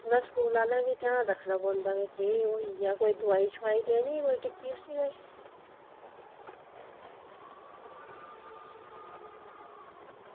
थोह्ड़ा स्कूलें आह्लें बी ध्यान रक्खना पौंदा केह् होई गेआ कोई दोआई छोआई देनी कोई टिक्की उसी किश